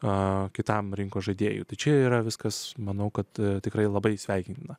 o kitam rinkos žaidėju tačiau yra viskas manau kad tikrai labai sveikintina